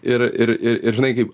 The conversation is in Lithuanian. ir ir ir ir žinai kaip